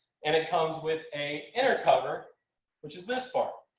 and it comes with a inner cover which is this part.